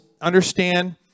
understand